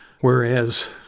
whereas